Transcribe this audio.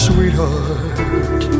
Sweetheart